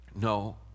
No